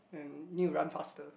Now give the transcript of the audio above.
and need to run faster